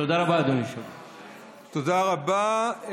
תודה רבה,